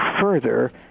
further